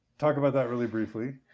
talk about that really briefly.